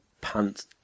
Pants